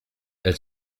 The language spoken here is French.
elle